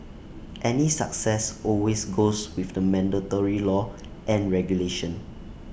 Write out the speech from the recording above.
any success always goes with the mandatory law and regulation